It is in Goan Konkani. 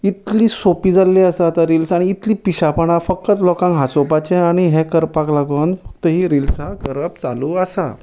इतली सोंपी जाल्ली आसा आतां रिल्स आनी इतली पिशेपणां फक्त लोकांक हांसोवपाचे आनी हे करपाक लागून फक्त ही रिल्सां करप चालू आसा